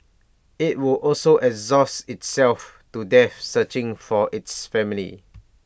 IT would also exhaust itself to death searching for its family